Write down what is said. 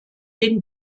den